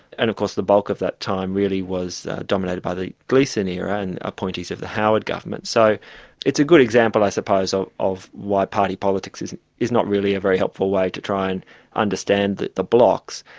and of course the bulk of that time really was dominated by the gleeson era, and appointees of the howard government. so it's a good example i suppose um of why party politics is is not really a very helpful way to try and understand the the blocs.